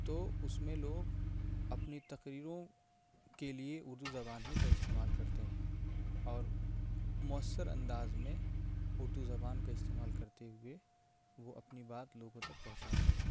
تو اس میں لوگ اپنی تقریروں کے لیے اردو زبان ہی کا استعمال کرتے ہیں اور مؤثر انداز میں اردو زبان کا استعمال کرتے ہوئے وہ اپنی بات لوگوں تک پہنچاتے ہیں